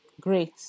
Great